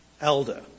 Elder